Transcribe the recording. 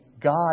God